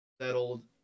settled